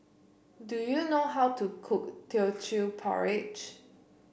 do you know how to cook Teochew Porridge